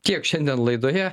tiek šiandien laidoje